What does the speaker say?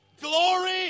Glory